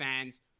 fans